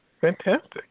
Fantastic